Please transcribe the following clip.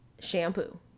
shampoo